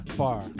far